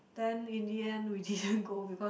then in the end we didn't go because